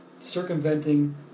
circumventing